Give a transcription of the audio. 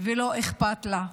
ולא אכפת לה.